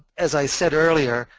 as i said earlier,